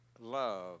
love